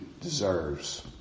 deserves